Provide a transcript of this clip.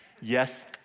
Yes